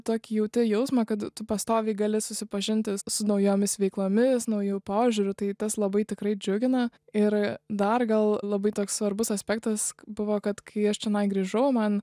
tokį jauti jausmą kad tu pastoviai gali susipažinti su naujomis veiklomis nauju požiūriu tai tas labai tikrai džiugina ir dar gal labai toks svarbus aspektas buvo kad kai aš čionai grįžau man